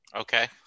Okay